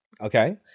Okay